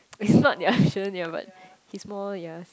it's not ya shouldn't ya but he's more ya he